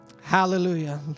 Hallelujah